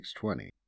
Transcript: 620